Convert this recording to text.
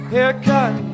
Haircut